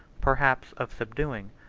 perhaps of subduing,